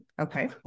Okay